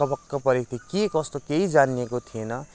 अकबक्क परेको थिएँ के कस्तो केही जनिएको थिएन